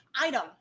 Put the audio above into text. item